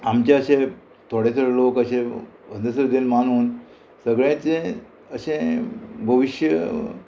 आमचे अशे थोडे थोडे लोक अशे अंधश्रद्धेन मानून सगळेचे अशें भविश्य